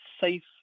safe